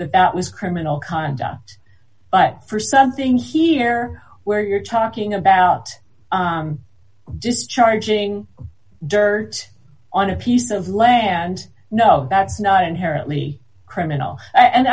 water that was criminal conduct but for something d here where you're talking about just charging dirt on a piece of land no that's not inherently criminal